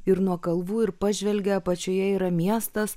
ir nuo kalvų ir pažvelgia apačioje yra miestas